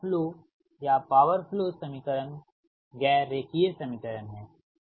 सभी load flow या power flow समीकरण गैर रेखीय समीकरण हैं